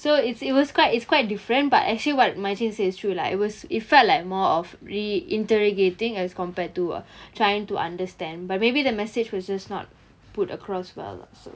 so it's it was quite it's quite different but actually what marichin say is true lah it was it felt like more of re-interrogating as compared to trying to understand but maybe the message was just not put across well lah so